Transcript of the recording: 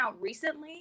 recently